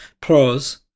pros